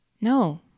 No